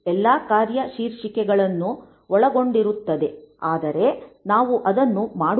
ಎಲ್ಲಾ ಕಾರ್ಯ ಶೀರ್ಷಿಕೆಗಳನ್ನು ಒಳಗೊಂಡಿರುತ್ತದೆ ಆದರೆ ನಾವು ಅದನ್ನು ಮಾಡುವುದಿಲ್ಲ